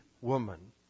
woman